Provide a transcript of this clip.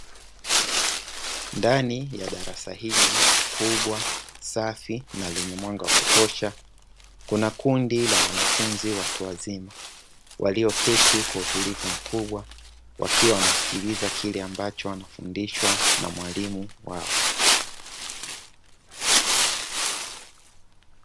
Ndani ya darasa hili kubwa, safi na lenye mwanga wa kutosha, kuna kundi la wanafunzi watu wazima walioketi kwa utulivu mkubwa, wakiwa wanasikiliza kile ambacho wanafundishwa na mwalimu wao.